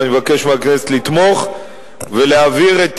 ואני מבקש מהכנסת לתמוך ולהעביר את